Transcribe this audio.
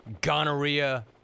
Gonorrhea